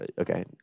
okay